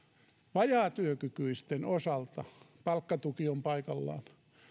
vajaatyökykyisten osalta palkkatuki on paikallaan